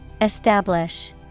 Establish